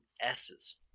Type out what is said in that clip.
S's